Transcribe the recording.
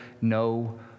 no